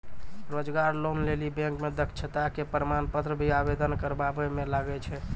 रोजगार लोन लेली बैंक मे दक्षता के प्रमाण पत्र भी आवेदन करबाबै मे लागै छै?